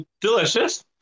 Delicious